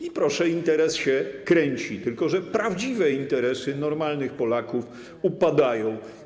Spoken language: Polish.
I proszę, interes się kręci, tylko że prawdziwe interesy normalnych Polaków upadają.